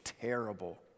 terrible